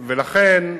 לכן,